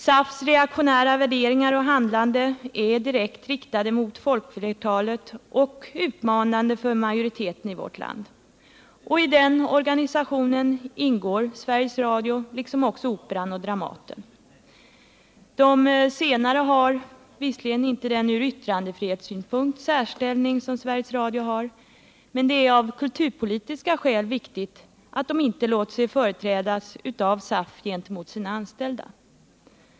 SAF:s reaktionära värderingar och handlande är direkt riktade mot folkflertalet och utmanande för majoriteten i vårt land. I denna organisation ingår Sveriges Radio liksom också Operan och Dramaten. De senare har visserligen inte samma särställning från yttrandefrihetssynpunkt som Sveriges Radio, men det är också av kulturpolitiska skäl viktigt att de inte låter sig företrädas av SAF gentemot sina anställda.